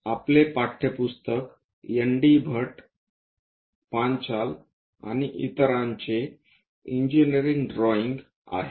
आपले पाठ्यपुस्तक एनडी भट्ट आणि पांचाल आणि इतरांचे इंजिनिअरिंग ड्रॉइंग आहे